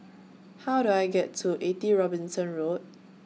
How Do I get to eighty Robinson Road